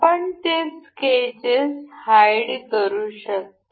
आपण ते sketches hide करू शकता